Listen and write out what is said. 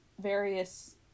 various